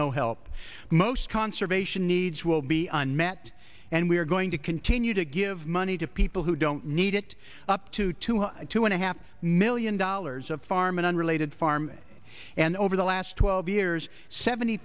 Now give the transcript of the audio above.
no help most conservation needs will be unmet and we're going to continue to give money to people who don't need it up to two two and a half million dollars of farm an unrelated farm and over the last twelve years seventy